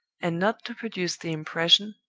and not to produce the impression,